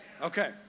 Okay